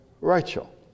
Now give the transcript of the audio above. Rachel